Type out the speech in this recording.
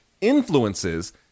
influences